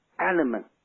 element